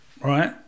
right